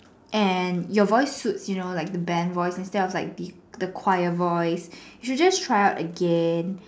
and your voice suits you know like the band voice instead of like the the choir voice you should just try out again